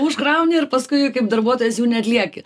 užkrauni ir paskui kaip darbuotojas jų neatlieki